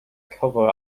cover